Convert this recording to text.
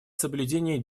соблюдение